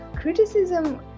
Criticism